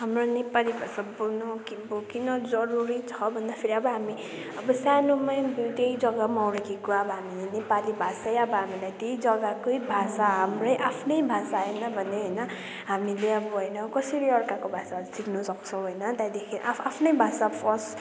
हाम्रो नेपाली भाषा बोल्नु अब किन जरुरी छ भन्दाखेरि अब हामी अब सानोमै त्यही जग्गामै हुर्केको अब नेपाली भाषै अब हामीलाई त्यही जग्गाकै भाषा हाम्रै आफ्नै भाषा होइन भने होइन हामीले अब होइन कसरी अब अर्काको भाषाहरू सिक्न सक्छौँ होइन त्यहाँदेखि आफ्नै भाषा फर्स्ट